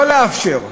לא לאפשר לגמ"חים,